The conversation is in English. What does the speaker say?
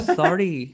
sorry